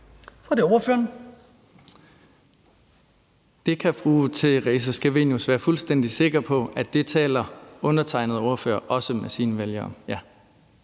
Hommeltoft (S): Det kan fru Theresa Scavenius være fuldstændig sikker på at undertegnede ordfører også taler med sine vælgere